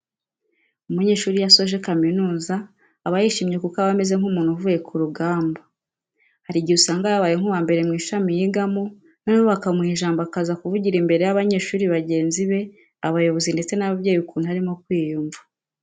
Umunyeshuri iyo asoje kaminuza aba yishimye kuko aba ameze nk'umuntu uvuye ku rugamba. Hari igihe usanga yabaye nk'uwambere mu ishami yigamo noneho bakamuha ijambo akaza kuvugira imbere y'abanyeshuri bagenzi be, abayobozi ndetse n'ababyeyi ukuntu arimo kwiyumva.